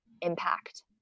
impact